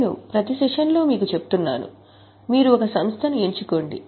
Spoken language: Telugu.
నేను ప్రతి సెషన్లోనూ మీకు చెప్తున్నాను మీరు ఒక సంస్థను ఎంచుకోండి